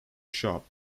shop